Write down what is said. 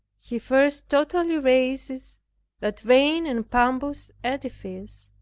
he first totally razes that vain and pompous edifice,